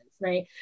right